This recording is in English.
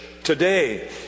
Today